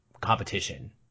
competition